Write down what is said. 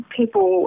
people